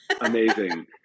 Amazing